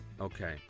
Okay